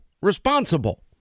responsible